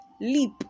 leap